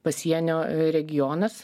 pasienio regionas